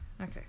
Okay